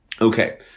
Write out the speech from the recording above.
Okay